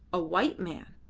a white man!